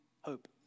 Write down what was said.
hope